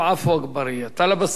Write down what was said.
טלב אלסאנע, גם אתה מופיע.